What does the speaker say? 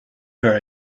her